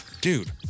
Dude